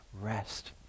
rest